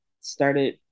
started